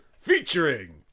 featuring